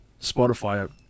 Spotify